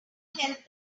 help